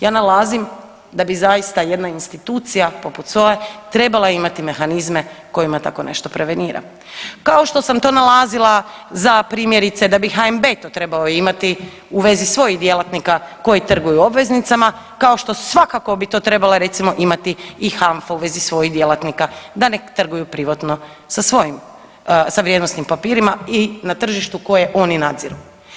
Ja nalazim da bi zaista jedna institucija poput SOA-e trebala imati mehanizme kojima tako nešto prevenira, kao što sam to nalazila za primjerice da bi HNB to trebao imati u vezi svojih djelatnika koji trguju obveznicama kao što svakako bi to recimo trebala imati i HANFA u vezi svojih djelatnika, da ne trguju privatno sa svojim sa vrijednosnim papirima i na tržištu koje oni nadziru.